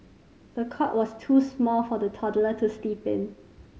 the cot was too small for the toddler to sleep in